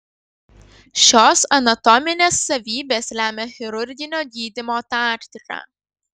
šios anatominės savybės lemia chirurginio gydymo taktiką